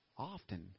Often